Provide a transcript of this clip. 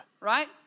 right